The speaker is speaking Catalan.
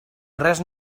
res